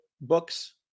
books